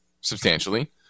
substantially